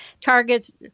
targets